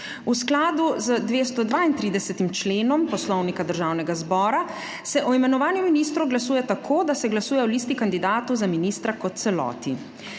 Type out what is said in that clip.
V skladu z 232. členom Poslovnika Državnega zbora se o imenovanju ministrov glasuje tako, da se glasuje o listi kandidatov za ministra kot celoti.